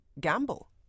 gamble